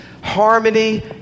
harmony